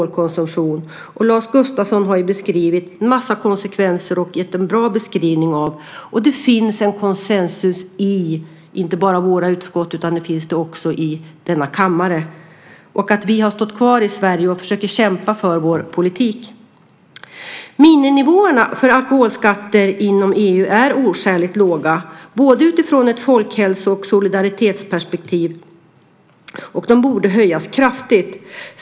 Lars Gustafsson har gett exempel på och en bra beskrivning av en mängd konsekvenser. Det råder konsensus inte bara i vårt utskott utan också i denna kammare. Vi har i Sverige stått kvar och försökt kämpa för vår politik. Miniminivåerna för alkoholskatter inom EU är oskäligt låga både utifrån ett folkhälso och ett solidaritetsperspektiv, och de borde höjas kraftigt.